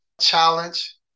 challenge